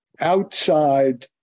outside